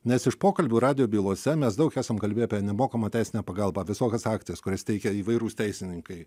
nes iš pokalbių radijo bylose mes daug esam kalbėję apie nemokamą teisinę pagalbą visokias akcijas kurias teikia įvairūs teisininkai